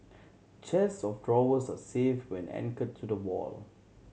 chests of drawers are safe when anchored to the wall